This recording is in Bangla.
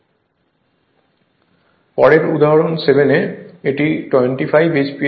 এর পরের উদাহরণ 7 এ এটি 25 HP এর হয়